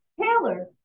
Taylor